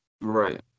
Right